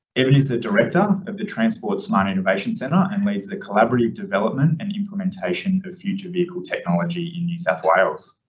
evan is the director of the transport smart innovation centre and leads the collaborative development and implementation of future vehicle technology in new south wales.